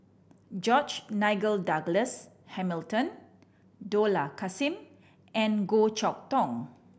George Nigel Douglas Hamilton Dollah Kassim and Goh Chok Tong